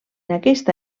aquesta